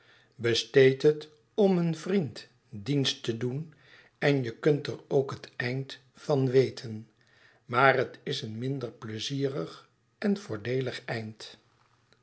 besteed het om een vriend dienst te doen en je kunt er ook het eind van weten maar het is een minder pleizierig en voordeelig eind